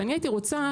ואני הייתי רוצה,